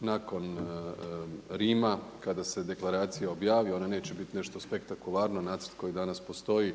nakon Rima kada se deklaracija objavi. Ona neće biti nešto spektakularno. Nacrt koji danas postoji